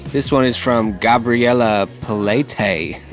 this one is from gabriella polaytay,